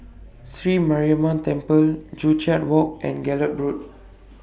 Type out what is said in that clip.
Sri Mariamman Temple Joo Chiat Walk and Gallop Road